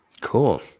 Cool